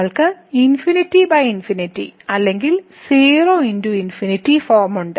നമ്മൾക്ക് ∞ അല്ലെങ്കിൽ 0 × ഫോം ഉണ്ട്